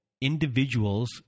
individuals